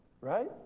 right